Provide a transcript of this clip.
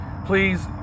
Please